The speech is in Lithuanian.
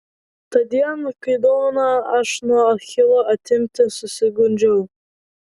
tądien kai dovaną aš nuo achilo atimti susigundžiau